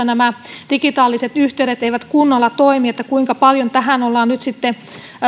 nämä digitaaliset yhteydet eivät kunnolla toimi kuinka paljon tähän ollaan nyt sitten